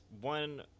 one